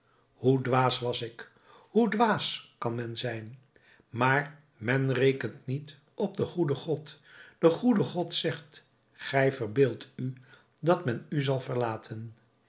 hoe dwaas was ik zoo dwaas kan men zijn maar men rekent niet op den goeden god de goede god zegt gij verbeeldt u dat men u zal verlaten